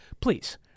please